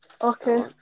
Okay